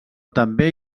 també